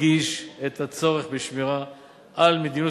מדגיש את הצורך בשמירה על מדיניות